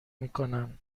میکنن